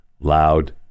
loud